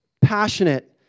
passionate